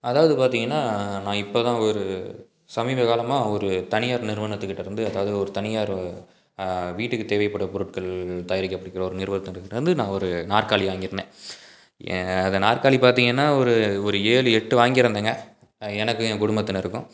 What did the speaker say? அதாவது பார்த்தீங்கன்னா நான் இப்போ தான் ஒரு சமீப காலமாக ஒரு தனியார் நிறுவனத்துக்கிட்டேருந்து அதாவது ஒரு தனியார் வீட்டுக்கு தேவைப்படும் பொருட்கள் தயாரிக்கப்படுகிற ஒரு நிறுவனத்தினருக்கிட்டேருந்து நான் ஒரு நாற்காலி வாங்கியிருந்தேன் அந்த நாற்காலி பார்த்தீங்கன்னா ஒரு ஒரு ஏழு எட்டு வாங்கியிருந்தேங்க எனக்கும் என் குடும்பத்தினருக்கும்